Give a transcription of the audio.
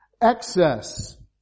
excess